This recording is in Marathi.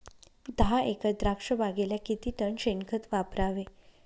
दहा एकर द्राक्षबागेला किती टन शेणखत वापरावे?